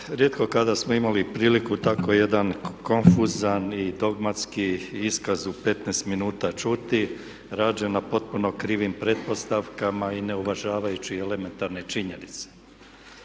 Rijetko kada smo imali priliku tako jedan konfuzan i dogmatski iskaz u 15 minuta čuti rađen na potpuno krivim pretpostavkama i ne uvažavajući elementarne činjenice.